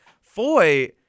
Foy-